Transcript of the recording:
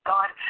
God